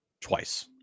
twice